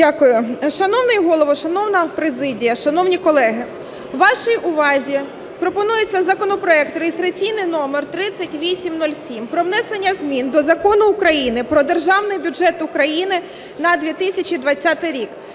Шановний Голово, шановна президія, шановні колеги, вашій увазі пропонується законопроект (реєстраційний номер 3807) про внесення змін до Закону України "Про Державний бюджет України на 2020 рік"